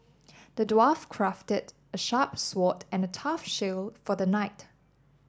the dwarf crafted a sharp sword and a tough shield for the knight